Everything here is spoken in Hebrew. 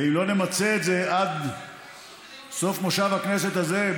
ואם לא נמצה את זה עד סוף מושב הכנסת הזה,